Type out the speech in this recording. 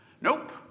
Nope